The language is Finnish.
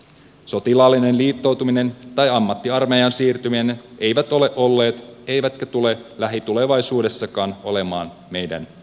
sotilaallinen liittoutuminen tai ammattiarmeijaan siirtyminen eivät ole olleet eivätkä tule lähitulevaisuudessakaan olemaan meidän tiemme